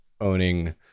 owning